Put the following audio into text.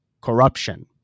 corruption